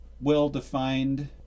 well-defined